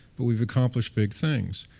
but we've accomplished big things.